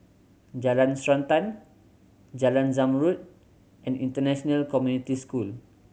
Jalan Srantan Jalan Zamrud and International Community School